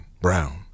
brown